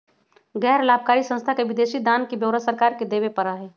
गैर लाभकारी संस्था के विदेशी दान के ब्यौरा सरकार के देवा पड़ा हई